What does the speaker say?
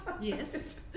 Yes